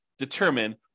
determine